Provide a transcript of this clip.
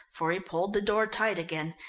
for he pulled the door tight again,